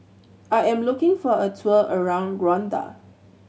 I am looking for a tour around Rwanda